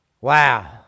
Wow